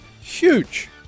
Huge